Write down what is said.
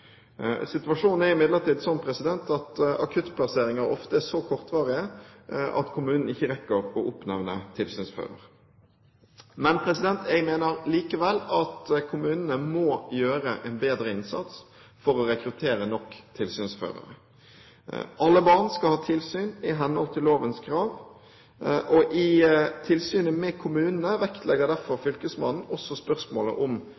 Situasjonen er imidlertid sånn at akuttplasseringer ofte er så kortvarige at kommunen ikke rekker å oppnevne tilsynsfører. Jeg mener likevel at kommunene må gjøre en bedre innsats for å rekruttere nok tilsynsførere. Alle barn skal ha tilsyn i henhold til lovens krav. I tilsynet med kommunene vektlegger derfor fylkesmannen også spørsmålet om